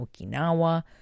Okinawa